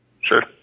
Sure